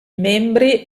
membri